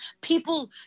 People